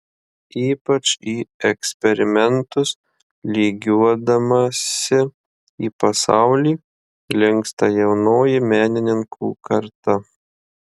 ypač į eksperimentus lygiuodamasi į pasaulį linksta jaunoji menininkų karta